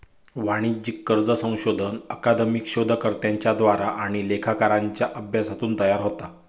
वाणिज्यिक कर्ज संशोधन अकादमिक शोधकर्त्यांच्या द्वारा आणि लेखाकारांच्या अभ्यासातून तयार होता